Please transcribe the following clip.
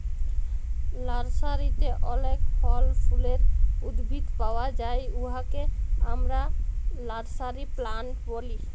লার্সারিতে অলেক ফল ফুলের উদ্ভিদ পাউয়া যায় উয়াকে আমরা লার্সারি প্লান্ট ব্যলি